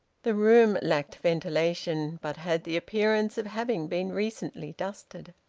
the room lacked ventilation, but had the appearance of having been recently dusted.